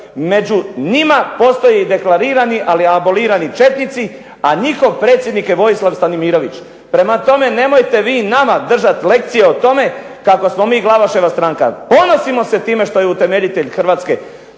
Među njima postoje i deklarirani, ali abolirani četnici a njihov predsjednik je Vojislav Stanimirović. Prema tome, nemojte vi nama držat lekcije o tome kako smo mi Glavaševa stranka. Ponosimo se time što je utemeljitelj Hrvatskog